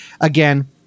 again